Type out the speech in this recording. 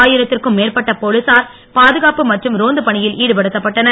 ஆயிரத்திற்கும் மேற்பட்ட போலீசார் பாதுகாப்பு மற்றும் ரோந்து பணியில் ஈடுபடுத்தப்பட்டனர்